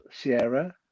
sierra